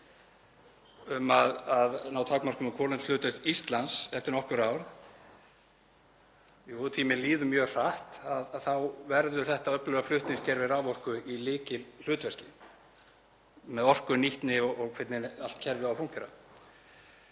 um að ná takmarkinu um kolefnishlutlaust Íslands eftir nokkur ár, jú, tíminn líður mjög hratt, þá verður þetta öfluga flutningskerfi raforku í lykilhlutverki með orkunýtni og hvernig allt kerfið á að fúnkera.